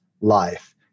life